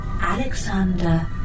Alexander